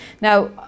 Now